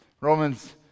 Romans